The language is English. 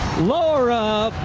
laura